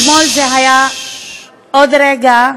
אתמול זה היה עוד רגע בשבילי,